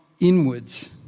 inwards